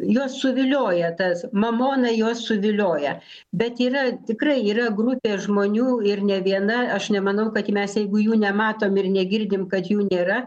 juos suvilioja tas mamona juos suvilioja bet yra tikrai yra grupė žmonių ir ne viena aš nemanau kad mes jeigu jų nematom ir negirdim kad jų nėra